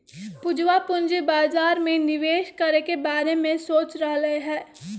पूजवा पूंजी बाजार में निवेश करे के बारे में सोच रहले है